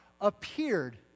appeared